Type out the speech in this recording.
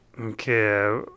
Okay